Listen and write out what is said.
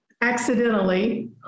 accidentally